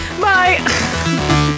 Bye